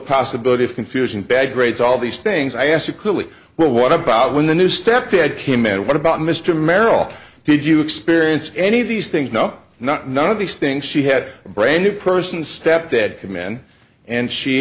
possibility of confusion bad grades all these things i asked a clearly well what about when the new stepdad came in and what about mr merrill did you experience any of these things no not none of these things she had a brain new person stepdad command and she